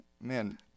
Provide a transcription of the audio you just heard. Man